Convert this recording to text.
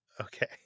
okay